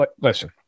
listen